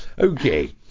Okay